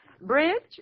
Bridge